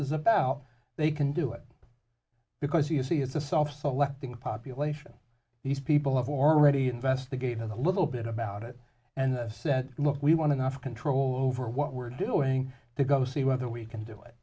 is about they can do it because you see it's a self selecting population these people have already investigated a little bit about it and said look we want to offer control over what we're doing to go see whether we can do it